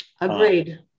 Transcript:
Agreed